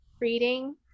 reading